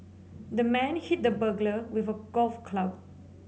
the man hit the burglar with a golf club